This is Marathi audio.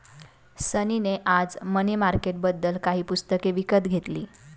सनी ने आज मनी मार्केटबद्दल काही पुस्तके विकत घेतली